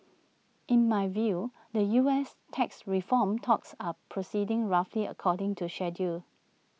in my view the U S tax reform talks are proceeding roughly according to schedule